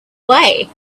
way